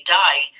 die